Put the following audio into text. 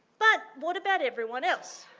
but what about everyone else?